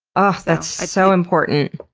oh, that's so important.